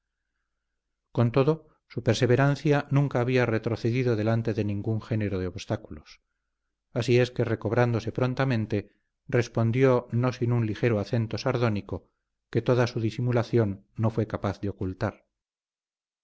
con todo su perseverancia nunca había retrocedido delante de ningún género de obstáculos así es que recobrándose prontamente respondió no sin un ligero acento sardónico que toda su disimulación no fue capaz de ocultar